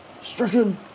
stricken